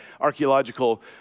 archaeological